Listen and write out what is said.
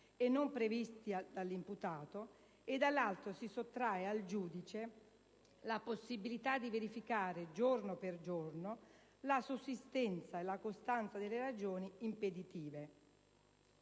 e non previsti dall'imputato, e dall'altro si sottrae al giudice la possibilità di verificare, giorno per giorno, la sussistenza e la costanza delle ragioni impeditive.